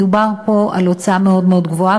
מדובר פה על הוצאה מאוד מאוד גבוהה,